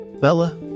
Bella